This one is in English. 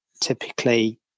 typically